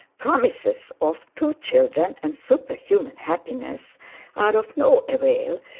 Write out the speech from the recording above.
promises of two children and superhuman happiness are of no avail,